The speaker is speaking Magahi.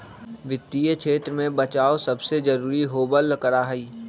वित्तीय क्षेत्र में बचाव सबसे जरूरी होबल करा हई